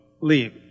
leave